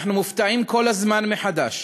אנחנו מופתעים כל הזמן מחדש.